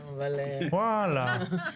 וואלה.